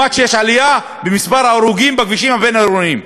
יש עלייה במספר ההרוגים בכבישים הבין-עירוניים,